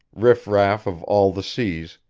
riff-raff of all the seas,